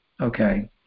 okay